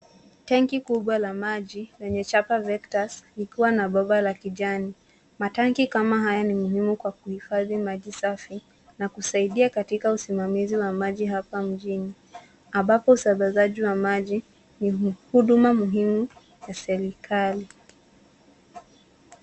Tenki kubwa la maji, lenye chapa vectus , likiwa na bomba la kijani. Matenki kama haya ni muhimu kwa kuhifadhi maji safi, na kusaidia katika usimamizi wa maji hapa mjini, ambapo usambazaji wa maji ni huduma muhimu ya serikali.